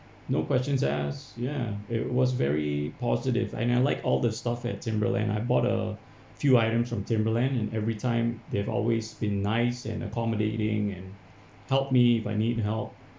no questions asked ya it was very positive and I like all the staff at Timberland I bought a few items from Timberland and every time they've always been nice and accommodating and helped me if I need help